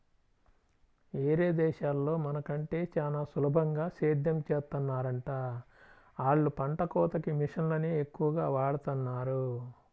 యేరే దేశాల్లో మన కంటే చానా సులభంగా సేద్దెం చేత్తన్నారంట, ఆళ్ళు పంట కోతకి మిషన్లనే ఎక్కువగా వాడతన్నారు